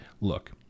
Look